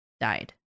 died